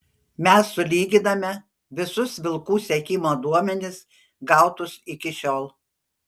mes sulyginame visus vilkų sekimo duomenis gautus iki šiol